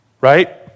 right